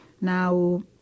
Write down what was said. Now